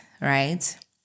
right